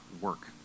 work